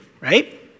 right